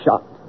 shot